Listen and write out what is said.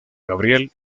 gabriel